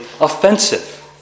offensive